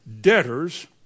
debtors